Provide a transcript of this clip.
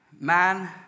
Man